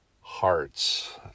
hearts